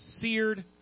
seared